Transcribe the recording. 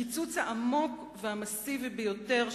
זה הקיצוץ העמוק והמסיבי ביותר,